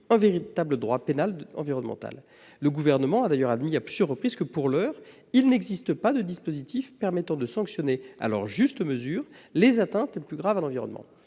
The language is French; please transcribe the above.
un véritable droit pénal environnemental. Le Gouvernement a d'ailleurs admis à plusieurs reprises que, pour l'heure, il n'existait pas de dispositif permettant de sanctionner à leur juste mesure les atteintes les plus graves à l'environnement.